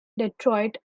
detroit